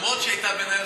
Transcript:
אף שהיא הייתה בין,